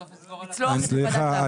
סליחה,